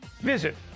visit